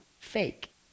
Fake